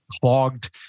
clogged